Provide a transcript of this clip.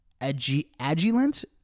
Agilent